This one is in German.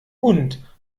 und